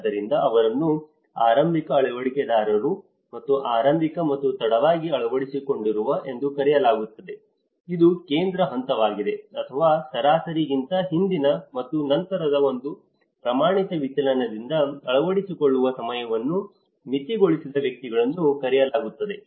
ಆದ್ದರಿಂದ ಅವರನ್ನು ಆರಂಭಿಕ ಅಳವಡಿಕೆದಾರರು ಮತ್ತು ಆರಂಭಿಕ ಮತ್ತು ತಡವಾಗಿ ಅಳವಡಿಸಿಕೊಂಡವರು ಎಂದು ಕರೆಯಲಾಗುತ್ತದೆ ಇದು ಕೇಂದ್ರ ಹಂತವಾಗಿದೆ ಅಥವಾ ಸರಾಸರಿಗಿಂತ ಹಿಂದಿನ ಮತ್ತು ನಂತರದ ಒಂದು ಪ್ರಮಾಣಿತ ವಿಚಲನದಿಂದ ಅಳವಡಿಸಿಕೊಳ್ಳುವ ಸಮಯವನ್ನು ಮಿತಿಗೊಳಿಸಿದ ವ್ಯಕ್ತಿಗಳನ್ನು ಕರೆಯಲಾಗುತ್ತದೆ